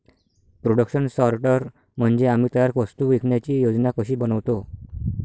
production sorter म्हणजे आम्ही तयार वस्तू विकण्याची योजना कशी बनवतो